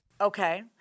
Okay